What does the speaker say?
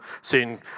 seen